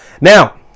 Now